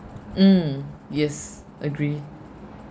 mm yes agree